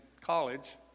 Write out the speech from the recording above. college